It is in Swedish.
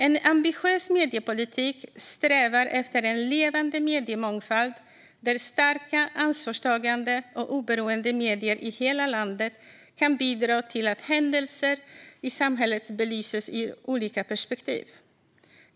En ambitiös mediepolitik strävar efter en levande mediemångfald där starka, ansvarstagande och oberoende medier i hela landet kan bidra till att händelser i samhället belyses ur olika perspektiv.